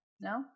No